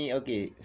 okay